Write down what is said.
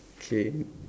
K